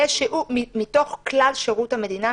מתוך כלל שירות המדינה,